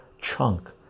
chunk